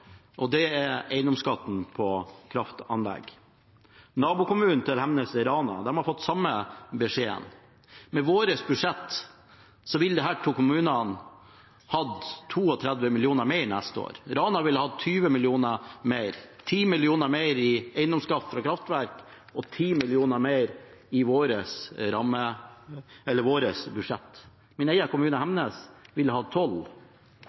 og det gjelder eiendomsskatt på kraftanlegg. Nabokommunen til Hemnes, Rana, har fått samme beskjed. Med vårt budsjett ville disse to kommunene hatt 32 mill. kr mer neste år. Rana ville hatt 20 mill. kr mer – 10 mill. kr mer i eiendomsskatt fra kraftverk og 10 mill. kr mer i vårt budsjett. Min egen hjemkommune, Hemnes, ville